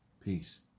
Peace